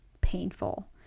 painful